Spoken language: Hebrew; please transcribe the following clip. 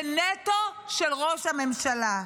זה נטו של ראש הממשלה.